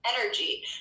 energy